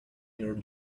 your